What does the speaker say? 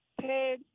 paid